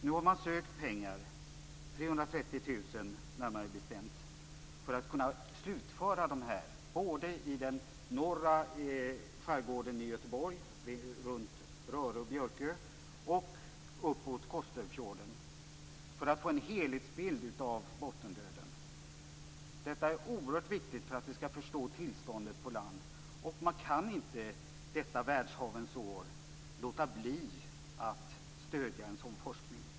Nu har man sökt pengar - 330 000, närmare bestämt - för att kunna slutföra undersökningarna både i Göteborgs norra skärgård, runt Rörö och Björkö, och uppåt Kosterfjorden och få en helhetsbild av bottendöden. Detta är oerhört viktigt för att vi skall förstå tillståndet på land. Man kan inte låta bli att stödja en sådan forskning detta världshavens år.